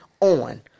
on